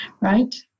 Right